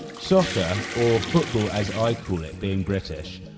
soccer, or football as i call it being british,